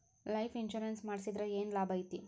Life insurance ಮಾಡ್ಸಿದ್ರ ಏನ್ ಲಾಭೈತಿ?